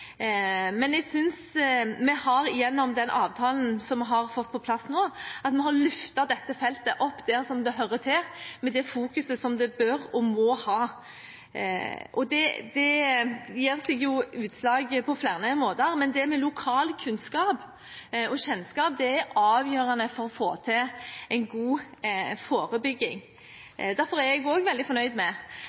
Men jeg synes vi gjennom den avtalen vi har fått på plass nå, har løftet dette feltet opp dit det hører til, med det fokuset som det bør og må ha. Det gir seg utslag på flere måter, men lokal kunnskap og kjennskap er avgjørende for å få til en god forebygging. Derfor er jeg også veldig fornøyd med